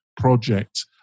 project